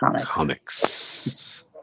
comics